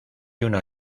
una